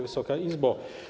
Wysoka Izbo!